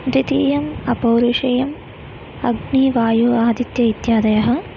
द्वितीयम् अपौरुषेयम् अग्निः वायुः आदित्यः इत्यादयः